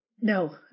No